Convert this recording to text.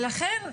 לכן,